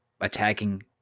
attacking